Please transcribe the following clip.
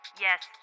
Yes